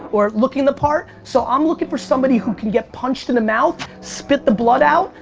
or looking the part, so i'm looking for somebody who can get punched in the mouth, spit the blood out,